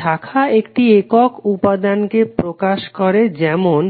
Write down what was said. শাখা একটি একক উপাদানকে প্রকাশ করে যেমন